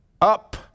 up